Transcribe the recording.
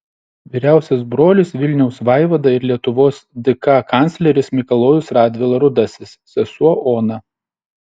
vyriausias brolis vilniaus vaivada ir lietuvos dk kancleris mikalojus radvila rudasis sesuo ona